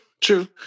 true